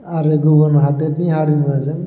आरो गुबुन हादोदनि हारिमुजों